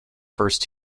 first